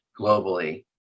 globally